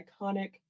iconic